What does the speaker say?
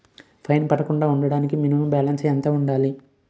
Fine పడకుండా ఉండటానికి minimum balance ఎంత ఉండాలి?